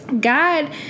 God